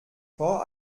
vor